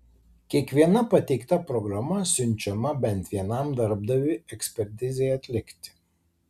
kiekviena pateikta programa siunčiama bent vienam darbdaviui ekspertizei atlikti